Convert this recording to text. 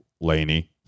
Laney